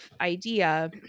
idea